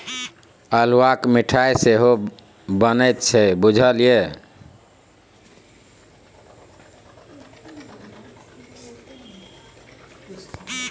अल्हुआक मिठाई सेहो बनैत छै बुझल ये?